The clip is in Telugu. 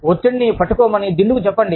ఒత్తిడిని పట్టుకోమని దిండుకు చెప్పండి